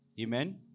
Amen